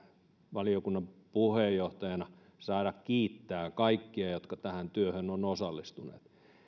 valiokunnan puheenjohtajana saada kiittää kaikkia jotka tähän työhön ovat osallistuneet